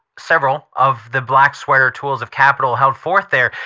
several of the black sweater tools of capital held forth there,